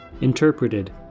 Interpreted